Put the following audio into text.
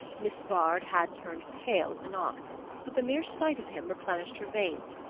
miss vard had turned pale at the knock but the mere sight of him replenished her veins,